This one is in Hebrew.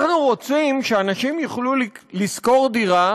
אנחנו רוצים שאנשים יוכלו לשכור דירה